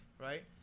right